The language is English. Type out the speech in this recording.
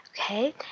Okay